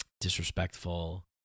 disrespectful